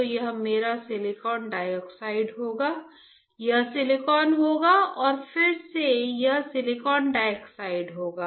तो यह मेरा सिलिकॉन डाइऑक्साइड होगा यह सिलिकॉन होगा और फिर से यह सिलिकॉन डाइऑक्साइड होगा